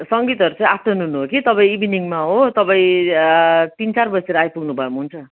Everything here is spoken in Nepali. सङ्गीतहरू चाहिँ आफ्टरनुन हो कि तपाईँ इभिनिङमा हो तपाईँ तिन चार बजीतिर आइपुग्नुभयो भने हुन्छ